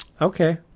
okay